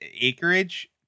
acreage